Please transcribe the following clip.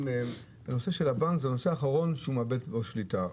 מהם הבנק הוא הדבר האחרון שהקשיש מאבד בו שליטה.